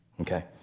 Okay